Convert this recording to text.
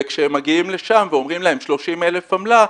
וכשהם מגיעים לשם ואומרים להם 30 אלף עמלה,